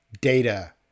data